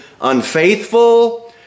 unfaithful